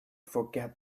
forget